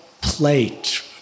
plate